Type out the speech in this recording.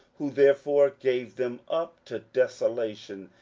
who therefore gave them up to desolation,